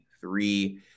three